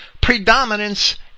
predominance